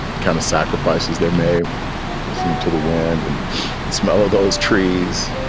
kind of sacrifices, they may listen to the wind and the smell of those trees